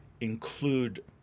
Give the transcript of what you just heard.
include